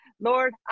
Lord